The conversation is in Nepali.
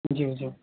ज्यू ज्यू